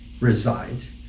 resides